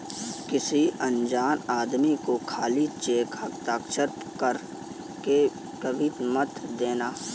किसी अनजान आदमी को खाली चेक हस्ताक्षर कर के कभी मत देना